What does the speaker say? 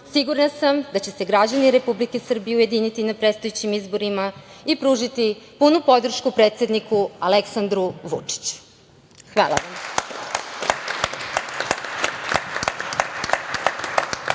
sigurna sam da će se građani Republike Srbije ujediniti na predstojećim izborima i pružiti punu podršku predsedniku Aleksandru Vučiću. Hvala.